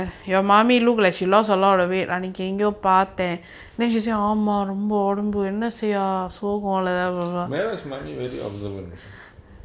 mela's mummy very observant